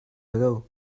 ago